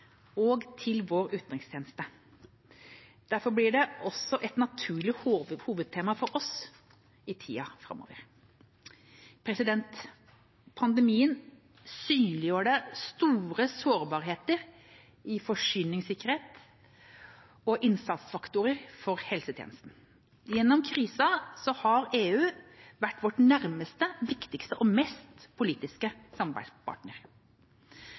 og vår utenrikstjeneste. Derfor blir det også et naturlig hovedtema for oss i tida framover. Pandemien synliggjorde store sårbarheter i forsyningssikkerhet og innsatsfaktorer for helsetjenesten. Gjennom krisa har EU vært vår nærmeste, viktigste og mest pålitelige samarbeidspartner.